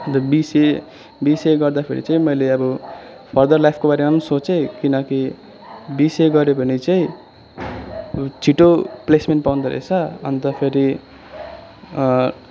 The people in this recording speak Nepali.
अन्त बिसिए बिसिए गर्दाखेरि चाहिँ मैले अब फर्दर लाइफको बारेमा पनि सोचेँ किनकि बिसिए गरेँ भने चाहिँ अब छिटो प्लेसमेन्ट पाउँदो रहेछ अन्त फेरि